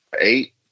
eight